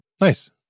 Nice